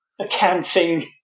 accounting